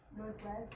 Northwest